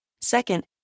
Second